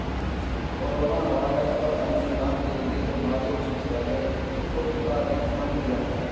corona virus पर अनुसंधान के लिए हमारे विश्वविद्यालय को सरकार ने फंडस दिए हैं